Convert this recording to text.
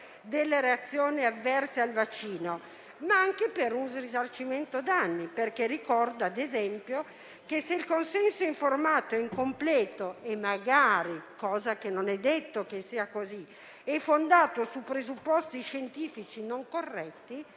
avere reazioni avverse al vaccino, ma anche per un risarcimento danni. Ricordo infatti - ad esempio - che, se il consenso informato è incompleto e magari - non è detto che sia così - fondato su presupposti scientifici non corretti,